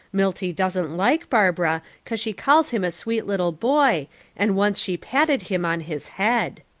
milty doesn't like barbara cause she calls him a sweet little boy and once she patted him on his head.